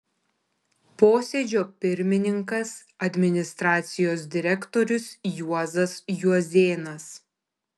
posėdžio pirmininkas administracijos direktorius juozas juozėnas